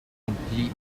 completely